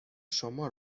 شما